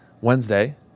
Wednesday